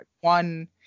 one